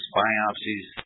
biopsies